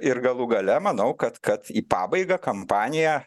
ir galų gale manau kad kad į pabaigą kampanija